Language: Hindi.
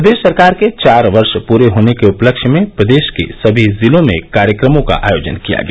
प्रदेश सरकार के चार वर्ष पूर्ण होने के उपलक्ष्य में प्रदेश के समी जिलों में कार्यक्रमों का आयोजन किया गया